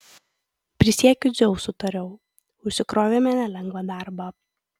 prisiekiu dzeusu tariau užsikrovėme nelengvą darbą